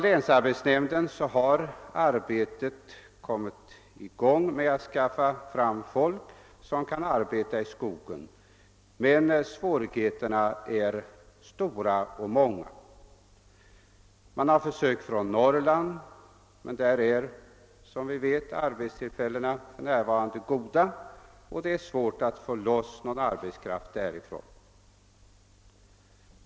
Länsarbetsnämnden har kommit i gång med arbetet att skaffa fram folk som kan arbeta i skogen. Svårigheterna är emellertid stora och många. Man har försökt få folk från Norrland, men där är — som vi vet — arbetstillfällena just nu goda, varför det är svårt att få loss någon arbetskraft i Norrland.